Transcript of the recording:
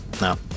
no